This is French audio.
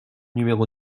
numéro